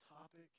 topic